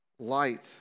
Light